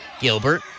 Gilbert